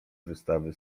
wystawy